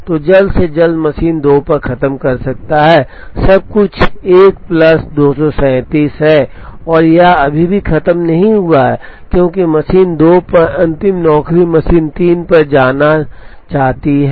तो जल्द से जल्द मशीन 2 खत्म कर सकती है सब कुछ 1 प्लस 237 है और यह अभी भी खत्म नहीं हुआ है क्योंकि मशीन 2 पर अंतिम नौकरी मशीन 3 पर जाना है